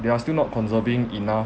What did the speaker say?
they are still not conserving enough